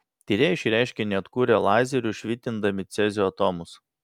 tyrėjai šį reiškinį atkūrė lazeriu švitindami cezio atomus